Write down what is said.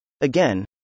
Again